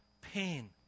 pain